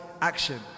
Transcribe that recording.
action